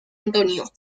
antonio